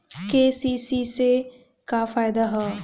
KCC से का फायदा ह?